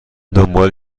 دنبال